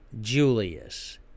Julius